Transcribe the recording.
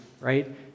right